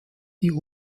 die